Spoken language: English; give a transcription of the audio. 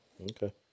Okay